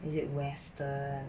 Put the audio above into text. is it western